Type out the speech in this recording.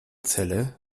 zelle